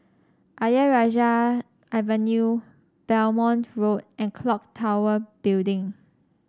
Ayer Rajah Avenue Belmont Road and clock Tower Building